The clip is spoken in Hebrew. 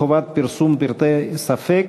חובת פרסום פרטי ספֶק,